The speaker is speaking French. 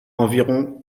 environ